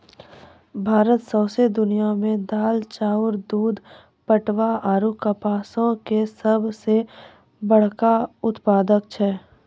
भारत सौंसे दुनिया मे दाल, चाउर, दूध, पटवा आरु कपासो के सभ से बड़का उत्पादक छै